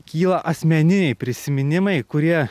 kyla asmeniniai prisiminimai kurie